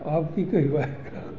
आपकी कई बार कहा